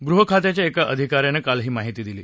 गृहखात्याच्या एका अधिकाऱ्यानं काल ही माहिती दिली